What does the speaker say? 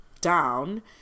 down